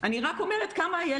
אמרנו שמכיתה ה'